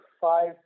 five